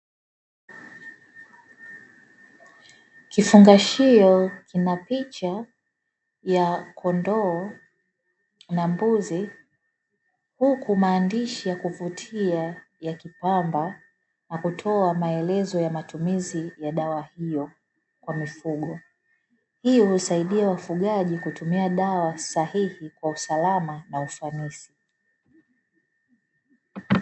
Kifungashio kina picha ya kondoo na mbuzi huku maandishi ya kuvutia yakiipamba yakatoa maelezo ya matumizi ya dawa hiyo kwa mifugo. Hii huwasaidia wafugaji kutumia dawa sahihi kwa usalama na ufanisi.